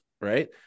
right